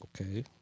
Okay